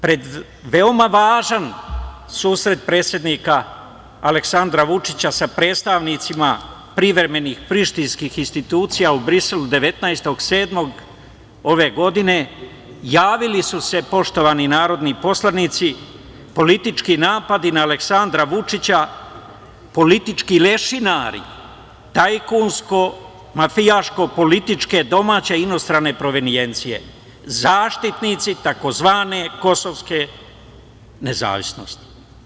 Pred veoma važan susret predsednika Aleksandra Vučića sa predstavnicima privremenih prištinskih institucija u Briselu 19.7. ove godine javili su se, poštovani narodni poslanici, politički napadi na Aleksandra Vučića, političkih lešinara, tajkunsko, mafijaško, političke, domaće, inostrane provenijencije, zaštitnici tzv. kosovske nezavisnosti.